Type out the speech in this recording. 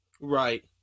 Right